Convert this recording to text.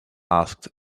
asked